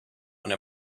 when